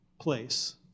place